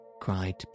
cried